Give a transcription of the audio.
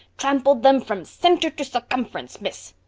trampled them from center to circumference, miss.